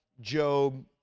Job